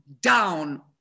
down